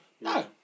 No